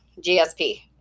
GSP